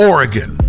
Oregon